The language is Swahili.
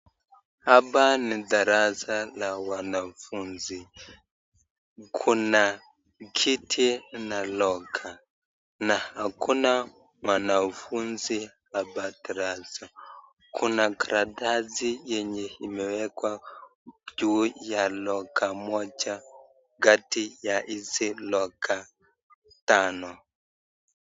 Hapa ni darasa la wanafunzi. Kuna kiti na loka na hakuna mwanafunzi hapa darasa. Kuna karatasi yenye imewekwa juu ya loka moja kati ya hizi loka tano.